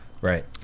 Right